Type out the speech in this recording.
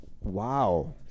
Wow